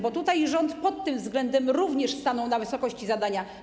Bo rząd pod tym względem również stanął na wysokości zadania.